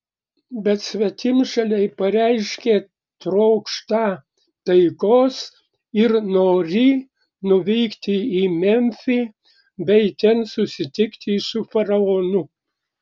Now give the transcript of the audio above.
bet svetimšaliai pareiškė trokštą taikos ir norį nuvykti į memfį bei ten susitikti su faraonu